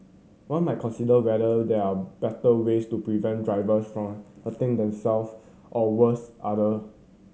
one might consider whether there are better ways to prevent drivers from hurting themselves or worse other